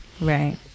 Right